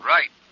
Right